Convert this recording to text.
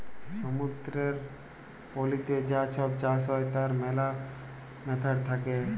সমুদ্দুরের পলিতে যা ছব চাষ হ্যয় তার ম্যালা ম্যাথড থ্যাকে